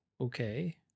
okay